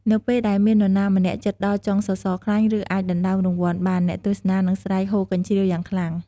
នៅពេលដែលមាននរណាម្នាក់ជិតដល់ចុងសសរខ្លាញ់ ឬអាចដណ្ដើមរង្វាន់បាន អ្នកទស្សនានឹងស្រែកហ៊ោរកញ្ជ្រៀវយ៉ាងខ្លាំង។